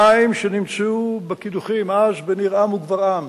המים שנמצאו בקידוחים אז בניר-עם וגברעם,